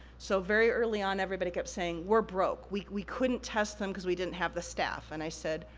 so, very early on, everybody kept saying, we're broke, we we couldn't test them because we didn't have the staff. and i said,